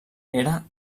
era